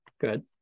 Good